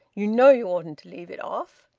you know you oughtn't to leave it off.